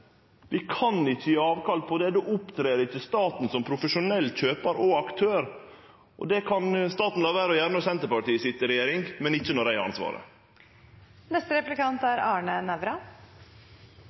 Vi kan ikkje gje avkall på det; då opptrer ikkje staten som profesjonell kjøpar og aktør. Det kan staten la vere å gjere når Senterpartiet sit i regjering, men ikkje når eg har ansvaret.